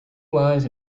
wise